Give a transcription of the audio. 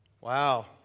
Wow